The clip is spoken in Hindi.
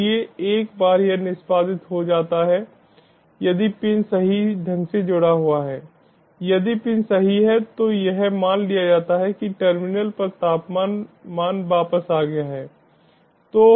इसलिए एक बार यह निष्पादित हो जाता है यदि पिन सही ढंग से जुड़ा हुआ है यदि पिन सही हैं तो यह मान लिया जाता है कि टर्मिनल पर तापमान मान वापस आ गया है